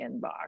inbox